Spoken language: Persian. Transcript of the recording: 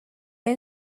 این